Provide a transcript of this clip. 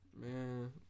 man